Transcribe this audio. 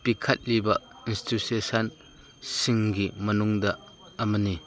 ꯄꯤꯈꯠꯂꯤꯕ institution ꯁꯤꯡꯒꯤ ꯃꯅꯨꯡꯗ ꯑꯃꯅꯤ